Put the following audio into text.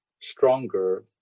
stronger